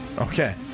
Okay